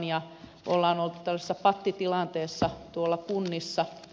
on oltu tällaisessa pattitilanteessa tuolla kunnissa